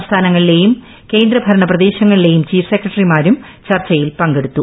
സംസ്ഥാനങ്ങളിലെയും കേന്ദ്ര ഭരണ പ്രദേശങ്ങളിലെയും ചീഫ് സെക്രട്ടറിമാരും ചർച്ചയിൽ പങ്കെടുത്തു